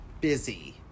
busy